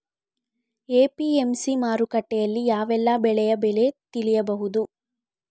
APMC ಮಾರುಕಟ್ಟೆಯಲ್ಲಿ ಯಾವೆಲ್ಲಾ ಬೆಳೆಯ ಬೆಲೆ ತಿಳಿಬಹುದು?